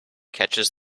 catches